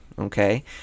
okay